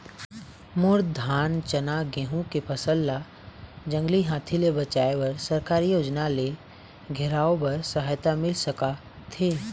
मोर धान चना गेहूं के फसल ला जंगली हाथी ले बचाए बर सरकारी योजना ले घेराओ बर सहायता मिल सका थे?